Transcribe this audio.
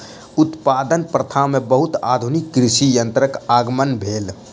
उत्पादन प्रथा में बहुत आधुनिक कृषि यंत्रक आगमन भेल